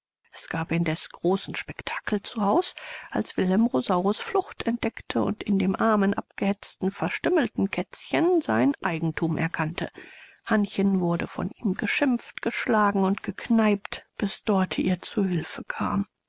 es gab indeß großen spektakel zu haus als wilhelm rosaurus flucht entdeckte und in dem armen abgehetzten verstümmelten kätzchen sein eigenthum erkannte hannchen wurde von ihm geschimpft geschlagen und gekneipt bis dorte ihr zu hülfe kam